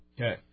Okay